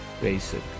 Basic